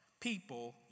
people